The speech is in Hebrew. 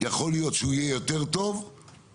יכול להיות שהוא יהיה יותר טוב ויכול